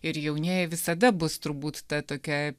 ir jaunieji visada bus turbūt ta tokia